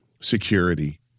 security